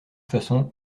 façon